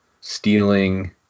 stealing